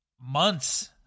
months